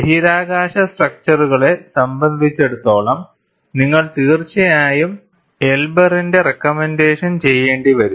ബഹിരാകാശ സ്ട്രക്ച്ചറുകളെ സംബന്ധിച്ചിടത്തോളം നിങ്ങൾ തീർച്ചയായും എൽബറിന്റെ റെക്കമെൻറ്റേഷൻ ചെയ്യേണ്ടിവരും